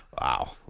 Wow